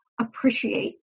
appreciate